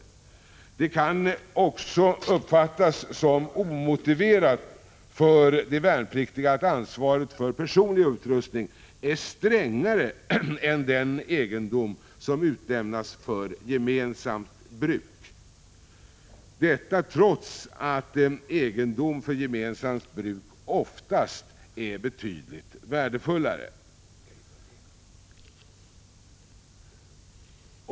Vidare kan det när det gäller de värnpliktiga uppfattas som omotiverat att reglerna om ansvaret för personlig utrustning är strängare än reglerna om ansvaret för den egendom som utlämnas för gemensamt bruk — detta trots att egendom för gemensamt bruk oftast är betydligt värdefullare.